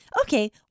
Okay